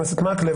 חבר הכנסת מקלב,